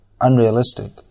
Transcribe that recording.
unrealistic